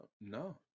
No